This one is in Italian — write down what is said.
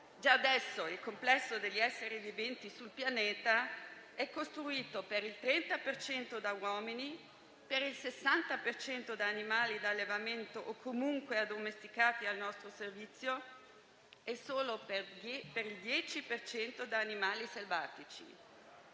Già adesso il complesso degli esseri viventi sul pianeta è costituito per il 30 per cento da uomini, per il 60 per cento da animali da allevamento (o comunque addomesticati al nostro servizio) e solo per il 10 per cento da animali selvatici.